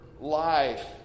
life